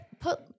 put